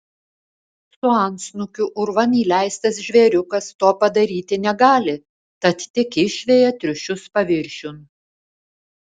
su antsnukiu urvan įleistas žvėriukas to padaryti negali tad tik išveja triušius paviršiun